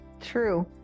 true